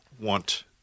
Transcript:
want